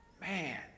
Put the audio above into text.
Man